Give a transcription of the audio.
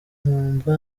numva